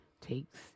takes